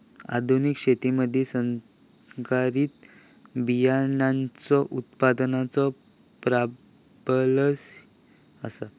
आधुनिक शेतीमधि संकरित बियाणांचो उत्पादनाचो प्राबल्य आसा